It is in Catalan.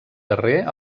darrer